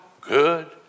good